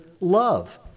love